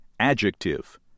Adjective